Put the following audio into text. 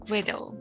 Widow